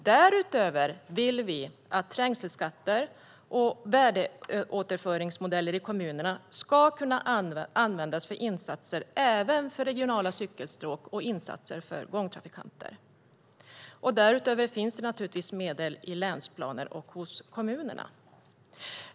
Vidare vill vi att trängselskatter och värdeåterföringsmodeller i kommunerna ska kunna användas även för insatser som avser regionala cykelstråk samt gångtrafikanter. Därutöver finns naturligtvis medel i länsplaner och hos kommunerna.